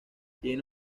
tiene